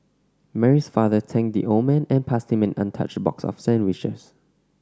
Mary's father thanked the old man and passed him an untouched box of sandwiches